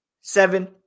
seven